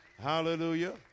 Hallelujah